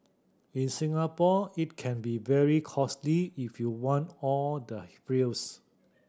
in Singapore it can be very costly if you want all the frills